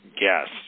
Yes